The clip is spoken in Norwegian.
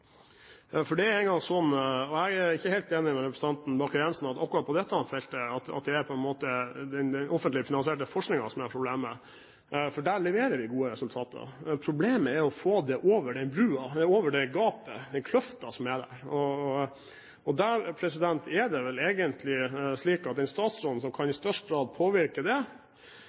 han brukte begrepet, en god «runner up». Jeg er ikke helt enig med representanten Bakke-Jensen i at det akkurat på dette feltet er den offentlig finansierte forskningen som er problemet, for der leverer vi gode resultater. Problemet er å få det over den broen, over det gapet, over den kløften som er der. Der er det vel egentlig slik at den statsråden som i størst grad kan påvirke det